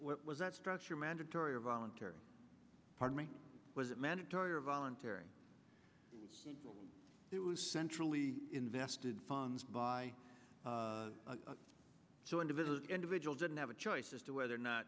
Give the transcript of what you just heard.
what was that structure mandatory or voluntary part was it mandatory or voluntary it was centrally invested funds by so individual individual didn't have a choice as to whether or not